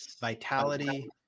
vitality